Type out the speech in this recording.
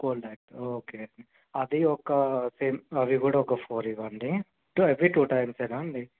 cold act okay అండి అది ఒక సేమ్ అవి కూడా ఒక ఫోర్ ఇవ్వండి టూ అవీ టూ టైమ్సేనా అండి